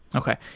okay.